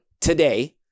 today